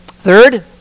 Third